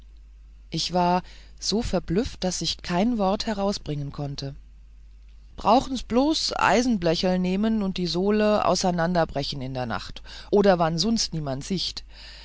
ich war so verblüfft daß ich kein wort herausbringen konnte brauchens bloß eisenblechl nähmen und sohlen ausanand brechen in der nacht oder wann sunst niemand siecht